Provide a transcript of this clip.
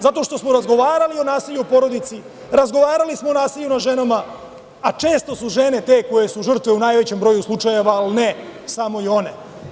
Zato što smo razgovarali o nasilju u porodici, razgovarali smo o nasilju nad ženama, a često su žene koje su žrtve u najvećem broju slučajeva, ali ne samo i one.